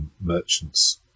merchants